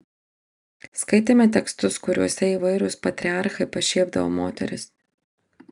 skaitėme tekstus kuriuose įvairūs patriarchai pašiepdavo moteris